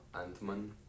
Ant-Man